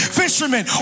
fishermen